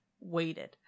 waited